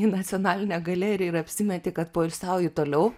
į nacionalinę galeriją ir apsimeti kad poilsiauji toliau